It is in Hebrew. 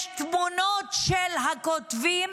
יש תמונות של הכותבים.